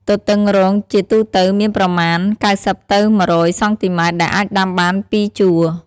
ទទឹងរងជាទូទៅមានប្រមាណ ៩០ ទៅ ១០០ សង់ទីម៉ែត្រ ដែលអាចដាំបាន ២ ជួរ។